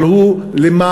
אבל הוא למעשה,